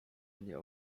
mnie